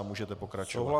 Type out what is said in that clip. Můžete pokračovat.